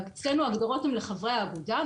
אצלנו ההגדרות הן לחברי האגודה.